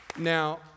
Now